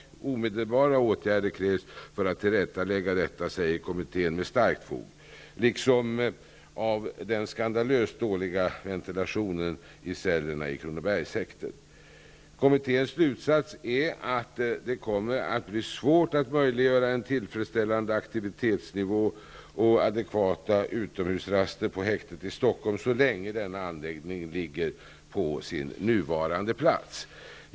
Kommittén framhåller, med starkt fog, att omedelbara åtgärder krävs för att tillrättalägga detta, liksom av den skandalöst dåliga ventilationen i cellerna i Kronobergshäktet. Kommitténs slutsats är att det kommer att bli svårt att möjliggöra en tillfredsställande aktivitetsnivå och adekvata utomhusraster på häktet i Stockholm så länge denna anläggning ligger på sin nuvarande plats.